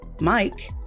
Mike